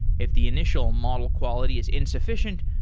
if the initial model quality is insufficient,